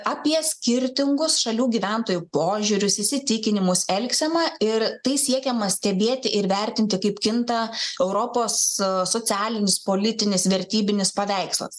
apie skirtingus šalių gyventojų požiūrius įsitikinimus elgseną ir tai siekiama stebėti ir vertinti kaip kinta europos socialinis politinis vertybinis paveikslas